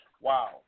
wow